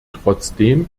trotzdem